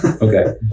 Okay